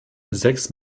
sechs